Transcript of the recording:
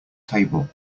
table